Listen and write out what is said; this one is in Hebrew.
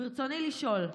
רצוני לשאול: